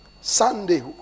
Sunday